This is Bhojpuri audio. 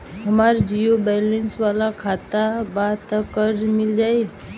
हमार ज़ीरो बैलेंस वाला खाता बा त कर्जा मिल जायी?